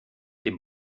dem